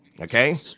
okay